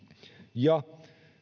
ja